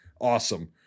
Awesome